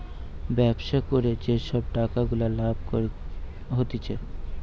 ব্যবসা করে যে সব টাকা গুলা লাভ হতিছে